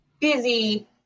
busy